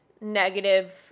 negative